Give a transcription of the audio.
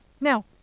Now